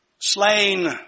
slain